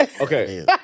Okay